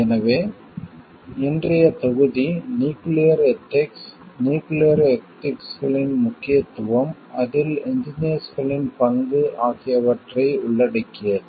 எனவே இன்றைய தொகுதி நியூக்கிளியர் எதிக்ஸ் நியூக்கிளியர் எதிக்ஸ்களின் முக்கியத்துவம் அதில் இன்ஜினியர்ஸ்களின் பங்கு ஆகியவற்றை உள்ளடக்கியது